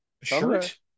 Shirt